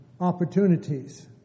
opportunities